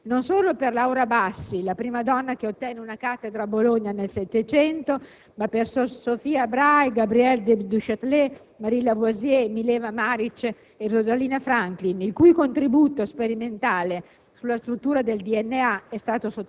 decostruirebbe questa visione: non solo per Laura Bassi (la prima donna che ottenne una cattedra a Bologna nel '700), ma anche per Sophia Brahe, Gabrielle du Châtelet, Marie Lavoisier, Mileva Marić e Rosalina Franklin, il cui contributo sperimentale